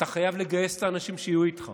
אתה חייב לגייס את האנשים שיהיו איתך,